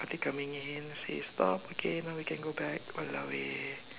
are they coming in say stop okay now we can go back !walao! eh